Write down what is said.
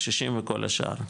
קשישים וכל השאר,